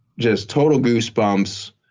just total goose bumps.